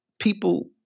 People